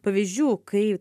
pavyzdžių kai